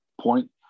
point